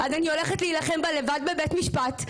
אז אני הולכת להילחם בה לבד בבית משפט,